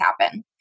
happen